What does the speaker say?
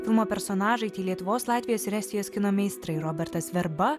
filmo personažai tai lietuvos latvijos ir estijos kino meistrai robertas verba